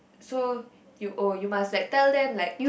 so you oh you must like tell them like